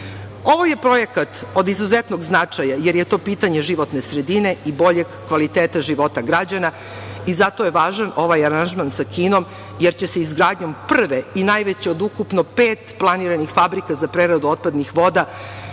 je projekat od izuzetnog značaja, jer je to pitanje životne sredine i boljeg kvaliteta života građana i zato je važan ovaj aranžman sa Kinom, jer će se izgradnjom prve i najveće od ukupno pet planiranih fabrika za preradu otpadnih voda